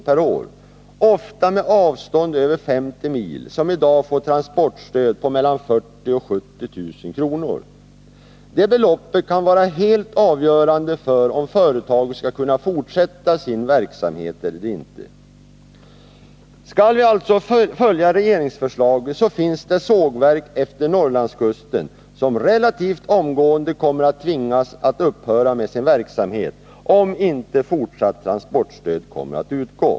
per år — ofta med avstånd över 50 mil — som i dag får transportstöd på mellan 40 000 och 70 000 kr. Det beloppet kan vara helt avgörande för om företaget skall kunna fortsätta sin verksamhet eller inte. Skulle vi följa regeringsförslaget, finns det sågverk efter Norrlandskusten som relativt omgående skulle tvingas upphöra med sin verksamhet, om inte fortsatt transportstöd skulle komma att utgå.